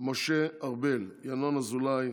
משה ארבל, ינון אזולאי,